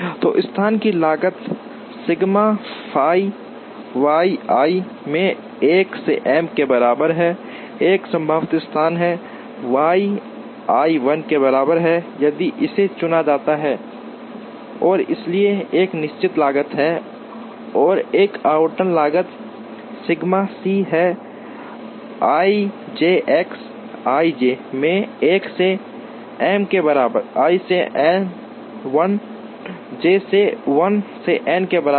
तो स्थान की लागत सिग्मा फाई वाई i मैं 1 से m के बराबर है एम संभावित स्थान हैं Y i 1 के बराबर है यदि इसे चुना जाता है और इसलिए एक निश्चित लागत है और एक आवंटन लागत सिग्मा सी है ij X ij मैं 1 से m के बराबर j से 1 से n के बराबर